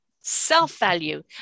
self-value